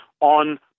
on